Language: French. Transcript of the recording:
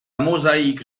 mosaïque